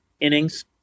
innings